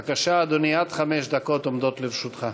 בבקשה, אדוני, עד חמש דקות עומדות לרשותך.